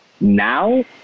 Now